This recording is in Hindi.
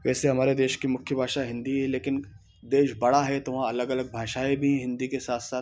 वैसे हमारे देश की मुख्य भाषा हिंदी है लेकिन देश बड़ा है तो वहाँ अलग अलग भाषाएं भी हिंदी के साथ साथ